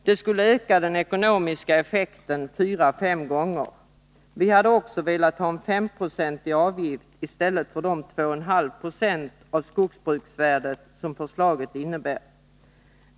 Det skulle öka den ekonomiska effekten 4-5 gånger. Vi hade också velat ha en S-procentig avgift i stället för de 2,5 920 av skogsbruksvärdet, som förslaget innebär.